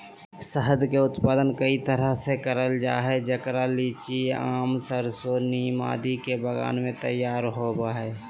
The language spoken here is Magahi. शहद के उत्पादन कई तरह से करल जा हई, जेकरा लीची, आम, सरसो, नीम आदि के बगान मे तैयार होव हई